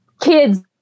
kids